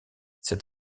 cet